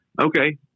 okay